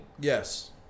Yes